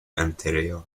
anterior